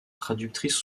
traductrice